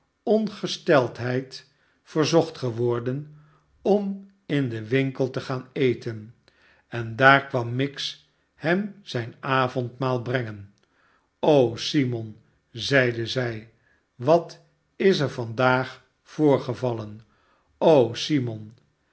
ongesteldheid verzocht geworden om in den winkel te gaan eten en daar kwam miggs hem zijn avondmaal brengen simon zeide zij wat is er vandaag voorgevallen o simon